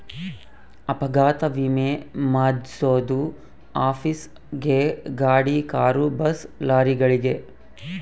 ಅಪಘಾತ ವಿಮೆ ಮಾದ್ಸೊದು ಆಫೀಸ್ ಗೇ ಗಾಡಿ ಕಾರು ಬಸ್ ಲಾರಿಗಳಿಗೆ